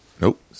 Nope